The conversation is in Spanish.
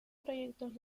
proyectos